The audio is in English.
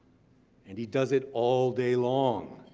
and he does it all day long.